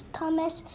Thomas